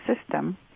system